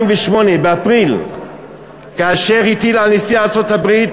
באפריל 2008, כאשר הטיל על נשיא ארצות-הברית